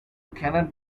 cannot